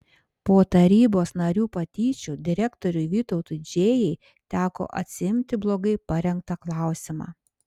po tarybos narių patyčių direktoriui vytautui džėjai teko atsiimti blogai parengtą klausimą